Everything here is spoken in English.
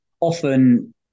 often